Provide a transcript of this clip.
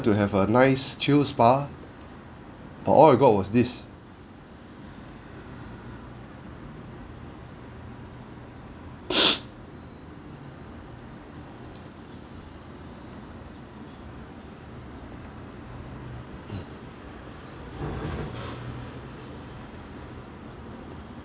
to have a nice chill spa but all I got was this